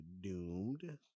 doomed